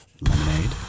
Lemonade